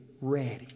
ready